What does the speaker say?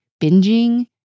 binging